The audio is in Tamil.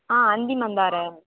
ஆ அந்திமந்தாரை